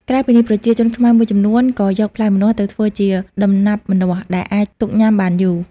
ក្រៅពីនេះ ប្រជាជនខ្មែរមួយចំនួនក៏យកផ្លែម្នាស់ទៅធ្វើជា ដំណាប់ម្នាស់ដែលអាចទុកញ៉ាំបានយូរ។